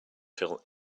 feel